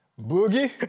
Boogie